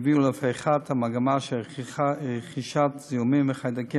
והם הביאו להפיכת המגמה של רכישת זיהומים מחיידקים